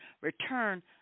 return